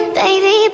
baby